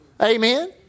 Amen